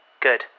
good